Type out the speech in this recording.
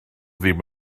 ddim